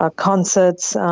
ah concerts,